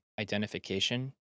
identification